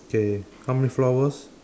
K how many flowers